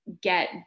get